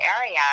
area